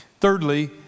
Thirdly